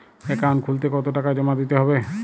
Account খুলতে কতো টাকা জমা দিতে হবে?